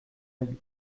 oeil